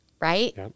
right